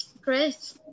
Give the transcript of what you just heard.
Great